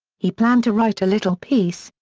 he planned to write a little piece,